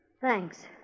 Thanks